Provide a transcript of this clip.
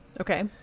Okay